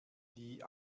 die